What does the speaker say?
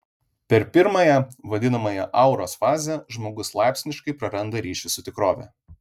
per pirmąją vadinamąją auros fazę žmogus laipsniškai praranda ryšį su tikrove